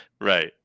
Right